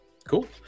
Cool